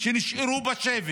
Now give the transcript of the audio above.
שנשארו בשבי,